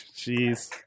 Jeez